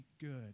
good